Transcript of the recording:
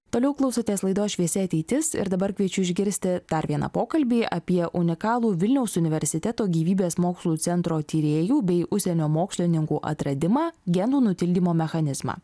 toliau klausotės laidos šviesi ateitis ir dabar kviečiu išgirsti dar vieną pokalbį apie unikalų vilniaus universiteto gyvybės mokslų centro tyrėjų bei užsienio mokslininkų atradimą genų nutildymo mechanizmą